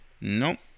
nope